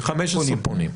ב-15 פונים.